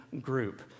group